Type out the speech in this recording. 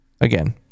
again